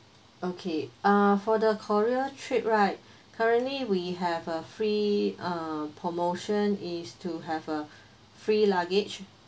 okay uh for the korea trip right currently we have a free uh promotion is to have a free luggage